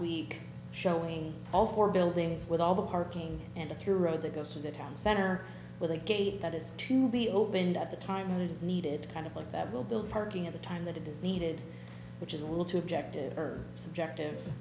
week showing all four buildings with all the parking and a few roads it goes to the town center with a gate that is to be opened at the time it is needed kind of like that will build parking at the time that it is needed which is a little too objective or subjective